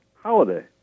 holiday